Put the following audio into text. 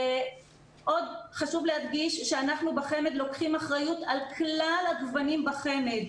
עוד חשוב להדגיש שאנחנו בחמ"ד לוקחים אחריות על כלל הגוונים בחמ"ד.